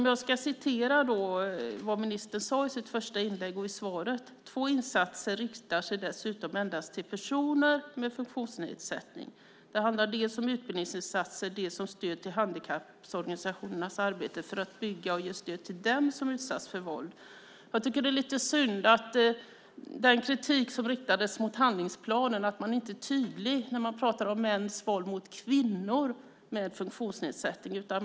Jag ska citera vad ministern skrev i svaret. "Två insatser riktar sig dessutom endast till personer med funktionsnedsättning. Det handlar dels om utbildningsinsatser, dels stöd till handikapporganisationernas arbete för att förebygga och ge stöd till dem som utsatts för våld." Det har riktats kritik mot handlingsplanen. Jag tycker att det är lite synd att man inte är tydlig när man talar om mäns våld mot kvinnor med funktionsnedsättning.